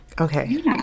okay